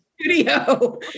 studio